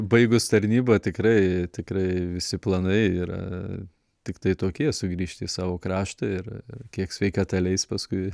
baigus tarnybą tikrai tikrai visi planai yra tiktai tokie sugrįžti į savo kraštą ir kiek sveikata leis paskui